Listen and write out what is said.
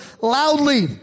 loudly